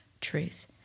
truth